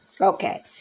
Okay